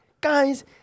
guys